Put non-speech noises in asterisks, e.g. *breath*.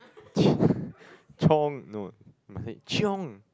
*breath* chiong no must say chiong